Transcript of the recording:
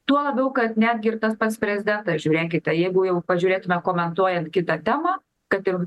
tuo labiau kad net gi ir tas pas prezidentą žiūrėkite jeigu jau pažiūrėtume komentuojant kitą temą kad ir